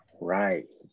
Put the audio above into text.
right